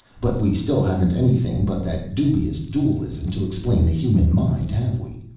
but we still haven't anything but that dubious dualism to explain the human mind, have we?